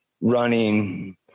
running